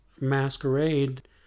masquerade